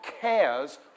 cares